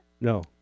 no